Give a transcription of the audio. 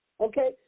Okay